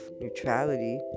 neutrality